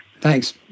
Thanks